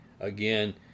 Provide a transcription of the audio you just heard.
again